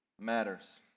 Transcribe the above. matters